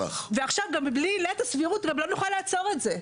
ועכשיו גם מבלי לעת הסבירות גם לא נוכל לעצור את זה.